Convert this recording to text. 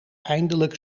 eindelijk